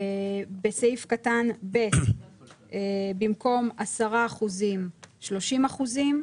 בסעיף קטן (ב) במקום 10 אחוזים, 30 אחוזים.